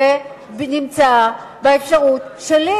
זה באפשרות שלי.